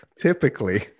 Typically